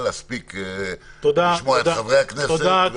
להספיק לשמוע את חברי הכנסת ועוד אנשים.